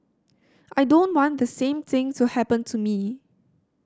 I don't want the same thing to happen to me